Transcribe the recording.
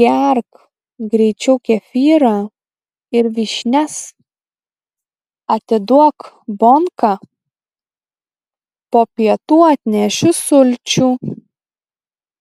gerk greičiau kefyrą ir vyšnias atiduok bonką po pietų atnešiu sulčių